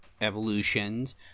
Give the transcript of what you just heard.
evolutions